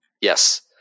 Yes